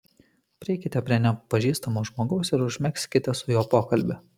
prieikite prie nepažįstamo žmogaus ir užmegzkite su juo pokalbį